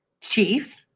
chief